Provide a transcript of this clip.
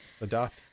adopt